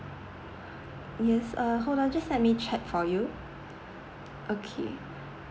yes uh hold on just let me check for you okay